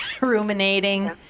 ruminating